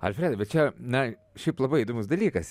alfredai bet čia na šiaip labai įdomus dalykas